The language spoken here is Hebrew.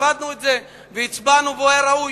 כיבדנו את זה והצבענו והוא היה ראוי.